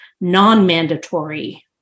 non-mandatory